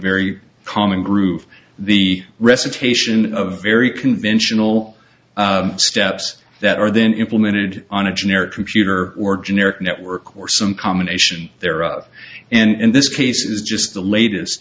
very common groove the recitation of very conventional steps that are then implemented on a generic computer or generic network or some combination thereof and this case is just the latest